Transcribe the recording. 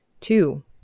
Two